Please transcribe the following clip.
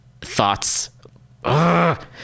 thoughts